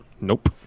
Nope